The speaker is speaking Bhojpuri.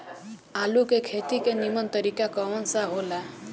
आलू के खेती के नीमन तरीका कवन सा हो ला?